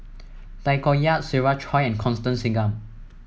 Tay Koh Yat Siva Choy and Constance Singam